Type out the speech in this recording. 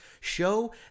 Show